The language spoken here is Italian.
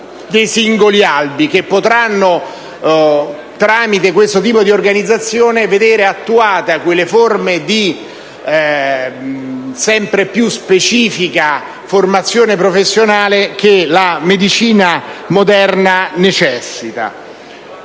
dei singoli albi, che tramite questo tipo di organizzazione potranno vedere attuate quelle forme di sempre più specifica formazione professionale di cui la medicina moderna necessita.